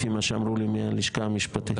לפי מה שאמרו לי מהלשכה המשפטית.